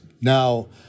now